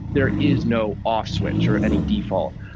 there is no off switch or any default.